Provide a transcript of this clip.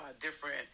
different